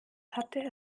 hatte